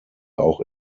auch